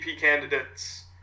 candidates